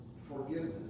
forgiveness